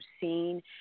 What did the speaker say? seen